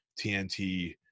TNT